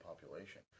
population